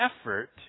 effort